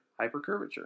hypercurvature